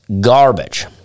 garbage